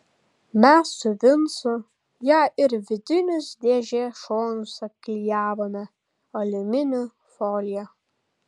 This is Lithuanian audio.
mes su vincu ją ir vidinius dėžės šonus apklijavome aliuminio folija